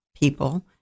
people